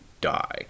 die